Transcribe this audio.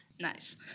nice